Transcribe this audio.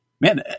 man